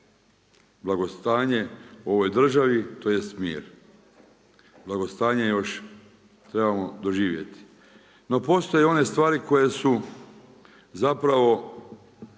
blagostanje u ovoj državi tj. mir. Blagostanje još trebamo doživjeti. No postoje one stvari koje su zapravo